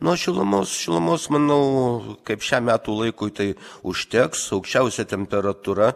nu o šilumos šilumos manau kaip šiam metų laikui tai užteks aukščiausia temperatūra